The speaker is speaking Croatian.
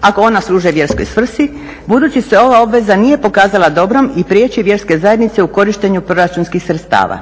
ako ona služe vjerskoj svrsi budući se ova obveza nije pokazala dobrom i prijeći vjerske zajednice u korištenju proračunskih sredstava.